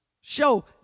show